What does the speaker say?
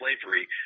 slavery